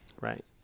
right